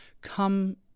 come